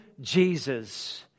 Jesus